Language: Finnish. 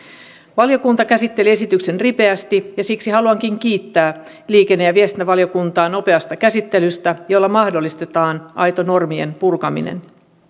valiokunta käsitteli esityksen ripeästi ja siksi haluankin kiittää liikenne ja viestintävaliokuntaa nopeasta käsittelystä jolla mahdollistetaan aito normien purkaminen